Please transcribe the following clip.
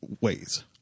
ways